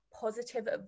positive